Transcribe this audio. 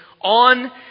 on